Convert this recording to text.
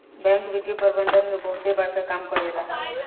bank वित्तीय प्रबंधन में बहुते बड़का काम करेला